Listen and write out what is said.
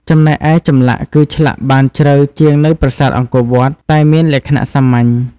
ចំណែកឯចម្លាក់ គឺឆ្លាក់បានជ្រៅជាងនៅប្រាសាទអង្គរវត្ត តែមានលក្ខណៈសាមញ្ញ។